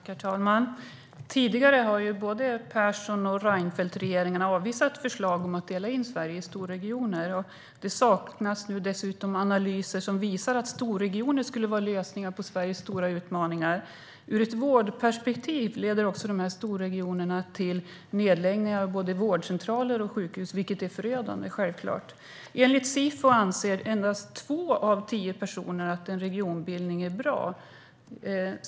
Herr talman! Tidigare har både regeringarna Persson och Reinfeldt avvisat förslag om att dela in Sverige i storregioner. Det saknas dessutom analyser som visar att storregioner skulle vara lösningen på Sveriges stora utmaningar. Ur ett vårdperspektiv leder också storregionerna till nedläggningar av både vårdcentraler och sjukhus, vilket självklart är förödande. Enligt Sifo anser endast två av tio personer att en regionbildning är bra.